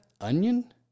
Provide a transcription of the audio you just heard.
Onion